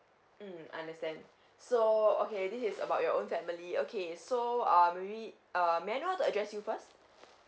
mm understand so okay this is about your own family okay so um we err may I know how to address you first